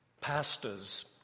pastors